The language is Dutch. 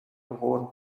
behoren